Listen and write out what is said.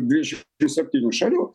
dvidešim septynių šalių